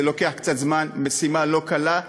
זה לוקח קצת זמן, משימה לא קלה,